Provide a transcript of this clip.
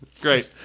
Great